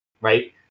right